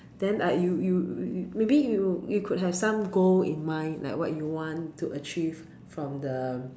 then uh you you maybe you you could have some goal in mind like what you want to achieve from the